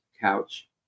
couch